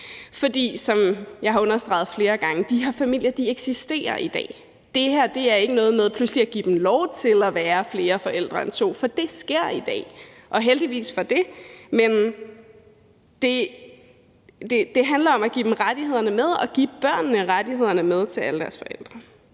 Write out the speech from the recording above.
de her familier i dag. Det her er ikke noget med pludselig at give dem lov til at være flere forældre end to, for det sker i dag – og heldigvis for det. Men det handler om at give dem rettighederne med og give børnene rettigheden til alle deres forældre